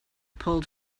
pulled